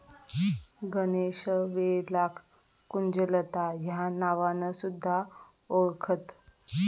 गणेशवेलाक कुंजलता ह्या नावान सुध्दा वोळखतत